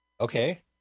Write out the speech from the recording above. Okay